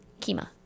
kima